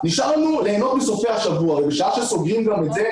נשאר לנו ליהנות מסופי השבוע ובשעה שסוגרים גם את זה זו מכת מוות לענף.